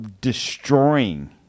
destroying